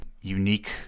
unique